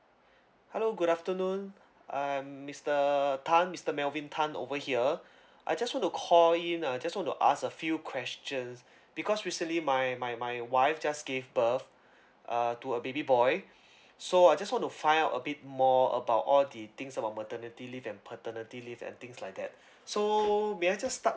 hello good afternoon I'm mister uh tan mister melvin tan over here I just want to call in uh just want to ask a few questions because recently my my my wife just gave birth uh to a baby boy so I just want to find out a bit more about all the things about maternity leave and paternity leave and things like that so may I just start